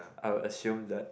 I will assume that